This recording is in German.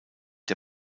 der